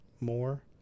more